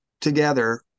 together